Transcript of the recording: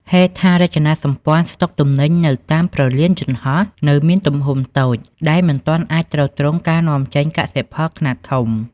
ហេដ្ឋារចនាសម្ព័ន្ធស្តុកទំនិញនៅតាមព្រលានយន្តហោះ នៅមានទំហំតូចដែលមិនទាន់អាចទ្រទ្រង់ការនាំចេញកសិផលខ្នាតធំ។